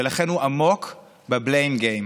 ולכן הוא עמוק ב-blame game: